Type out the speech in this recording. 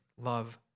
love